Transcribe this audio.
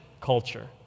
culture